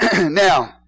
Now